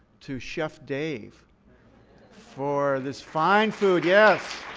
to chef dave for this fine food. yes.